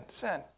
sin